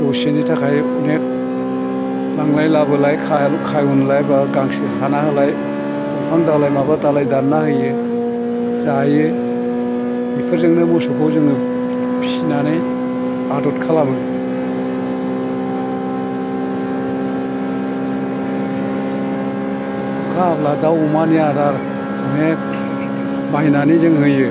दसेनि थाखाय अनेक लांलाय लाबोलाय खाला खाव'नलाय बा गांसो हाना होलाय दंफां दालाय माबा दालाय दानना होयो जायो बेफोरजोंनो मोसौखौ जोङो फिसिनानै आदर खालामो अखा हाब्ला दाव अमानि आदार अनेक बायनानै जों होयो